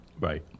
Right